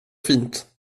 fint